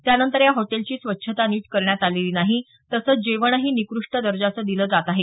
त्यानंतर या हॉटेलची स्वच्छता नीट करण्यात आलेली नाही तसंच जेवणही निकृष्ट दर्जाचं दिलं जात आहे